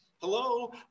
Hello